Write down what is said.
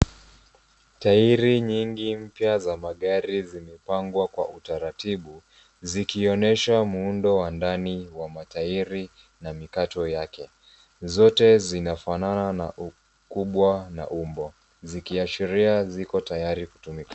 Tairi nyingi mpya za magari zimepangwa kwa utaratibu zikionyesha muundo wa ndani wa matairi na mikato yake, zote zinafanana na ukubwa na umbo.